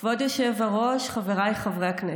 כבוד היושב-ראש, חבריי חברי הכנסת,